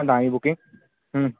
तव्हां जी बुकिंग